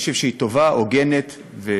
אני חושב שהיא טובה, הוגנת ונכונה.